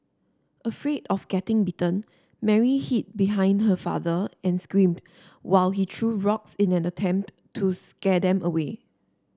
afraid of getting bitten Mary hid behind her father and screamed while he threw rocks in an attempt to scare them away